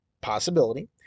possibility